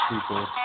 people